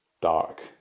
dark